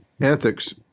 Ethics